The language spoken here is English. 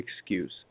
excuse